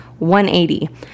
180